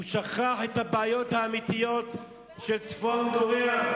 הוא שכח את הבעיות האמיתיות של צפון-קוריאה,